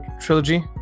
Trilogy